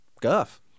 guff